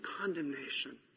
condemnation